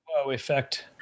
effect